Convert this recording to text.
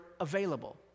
available